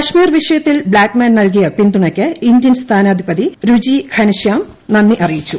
കശ്മീർ വിഷയത്തിൽ ബ്ലാക്മാൻ നൽകിയ പിന്തുണയ്ക്ക് ഇന്ത്യൻ സ്ഥാനപതി രുചി ഘനശ്യാം നന്ദി അറിയിച്ചു